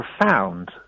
profound